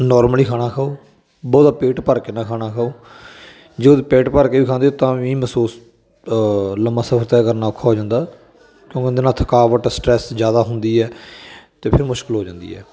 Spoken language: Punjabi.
ਨੋਰਮਲੀ ਖਾਣਾ ਖਾਓ ਬਹੁਤਾ ਪੇਟ ਭਰ ਕੇ ਨਾ ਖਾਣਾ ਖਾਓ ਜੋ ਪੇਟ ਭਰ ਕੇ ਵੀ ਖਾਂਦੇ ਹੋ ਤਾਂ ਵੀ ਮਹਿਸੂਸ ਲੰਮਾ ਸਫ਼ਰ ਤੈਅ ਕਰਨਾ ਔਖਾ ਹੋ ਜਾਂਦਾ ਕਿਉਂ ਉਹਦੇ ਨਾਲ ਥਕਾਵਟ ਸਟਰੈਸ ਜ਼ਿਆਦਾ ਹੁੰਦੀ ਹੈ ਅਤੇ ਫਿਰ ਮੁਸ਼ਕਿਲ ਹੋ ਜਾਂਦੀ ਹੈ